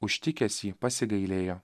užtikęs jį pasigailėjo